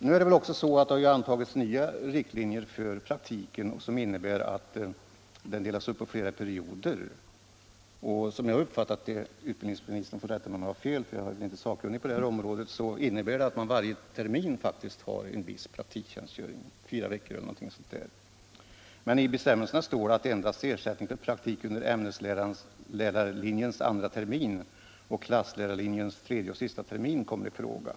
Nu är det ju så att det har antagits nya riktlinjer för praktiktjänstgöringen som innebär att denna delas upp på flera perioder. Om jag har uppfattat saken riktigt — utbildningsministern får rätta mig om jag har fel, för jag är inte sakkunnig på detta område — skall man varje termin ha en viss praktiktjänstgöring, fyra veckor eller där omkring. I bestämmelserna står emellertid att endast ersättning för praktik under ämneslärarlinjens andra termin och klasslärarlinjens tredje och sista termin kommer i fråga.